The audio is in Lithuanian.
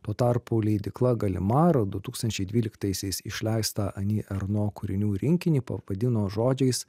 tuo tarpu leidykla galimar du tūkstančiai dvyliktaisiais išleistą ani erno kūrinių rinkinį pavadino žodžiais